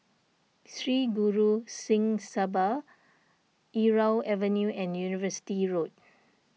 Sri Guru Singh Sabha Irau Avenue and University Road